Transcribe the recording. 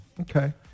Okay